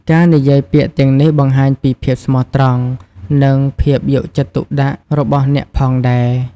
ការនិយាយពាក្យទាំងនេះបង្ហាញពី ភាពស្មោះត្រង់ និងភាពយកចិត្តទុកដាក់របស់អ្នកផងដែរ។